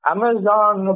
Amazon